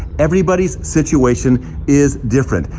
everybody's situation is different.